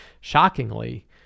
Shockingly